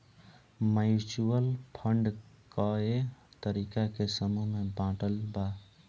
mutual fund कए तरीका के समूह में बाटल बा